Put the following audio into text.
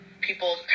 people